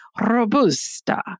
robusta